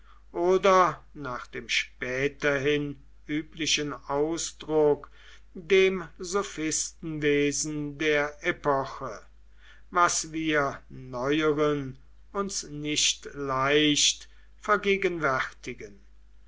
oder nach dem späterhin üblichen ausdruck dem sophistenwesen der epoche das wir neueren uns nicht leicht vergegenwärtigen